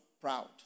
proud